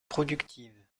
productive